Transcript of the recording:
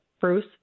Bruce